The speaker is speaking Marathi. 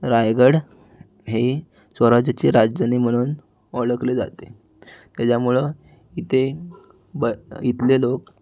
रायगड हे स्वराज्याची राजधानी म्हणून ओळखले जाते तेच्यामुळं इथे ब इथले लोक